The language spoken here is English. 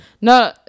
No